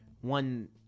one